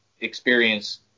experience